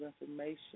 information